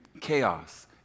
chaos